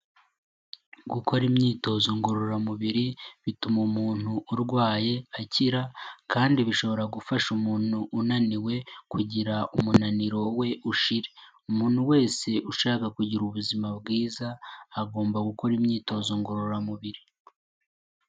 Gukora imyitozo ngororamubiri, bituma umuntu urwaye akira, kandi bishobora gufasha umuntu unaniwe kugira umunaniro we ushira. Umuntu wese ushaka kugira ubuzima bwiza agomba gukora imyitozo ngororamubiri.